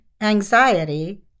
anxiety